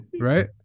right